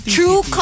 True